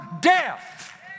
death